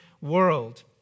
world